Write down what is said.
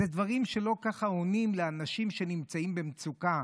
אלה דברים, לא ככה עונים לאנשים שנמצאים במצוקה.